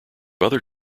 other